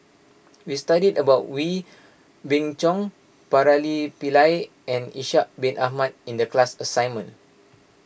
we studied about Wee Beng Chong Pillai and Ishak Bin Ahmad in the class assignment